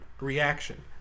reaction